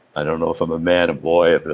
i don't know if i'm a man, a boy. but